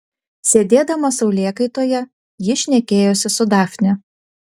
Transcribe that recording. sėdėdama saulėkaitoje ji šnekėjosi su dafne